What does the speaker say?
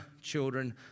children